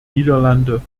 niederlande